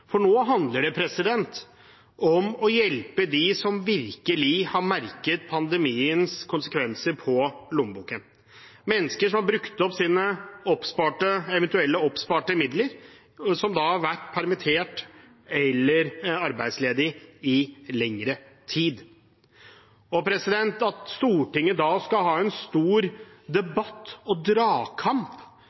Nå handler det om å hjelpe de som virkelig har merket pandemiens konsekvenser på lommeboken, mennesker som har brukt opp sine eventuelle oppsparte midler, som har vært permittert eller arbeidsledig i lengre tid. At Stortinget da skal ha en stor debatt og